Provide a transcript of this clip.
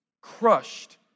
crushed